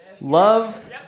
Love